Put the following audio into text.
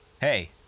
hey